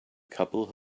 couple